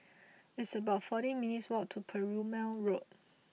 it's about forty minutes' walk to Perumal Road